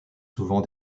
souvent